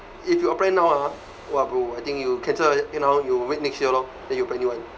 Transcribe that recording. if you apply now ah !wah! bro I think you cancel it you know you wait next year lor then you apply new [one]